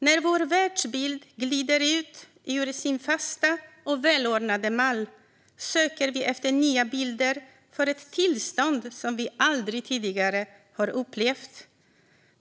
När vår världsbild glider ut ur sin fasta och välordnade mall, söker vi efter nya bilder för ett tillstånd som vi aldrig tidigare har upplevt.